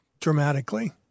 dramatically